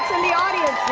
and the audience